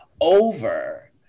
over